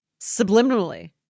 subliminally